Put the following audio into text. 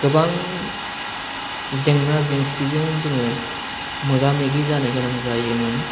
गोबां जेंना जेंसिजों जोङो मोगा मोगि जानो गोनां जायोमोन